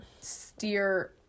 steer